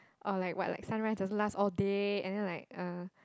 or like what like sunrise doesn't last all day and then like uh